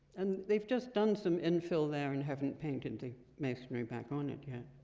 and they've just done some infill there and haven't painted the masonry back on it yet.